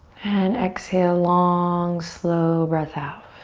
and exhale long, slow breath out.